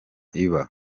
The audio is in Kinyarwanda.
iba